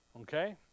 Okay